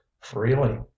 Freely